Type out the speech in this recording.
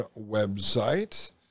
website